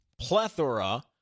plethora